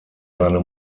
seine